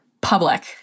public